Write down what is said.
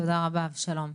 תודה רבה אבשלום.